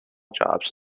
jobs